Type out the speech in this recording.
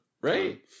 Right